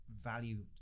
value